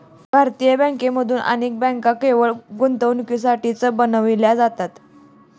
भारतीय बँकांमधून अनेक बँका केवळ गुंतवणुकीसाठीच बनविल्या जातात